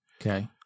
Okay